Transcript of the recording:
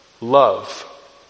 love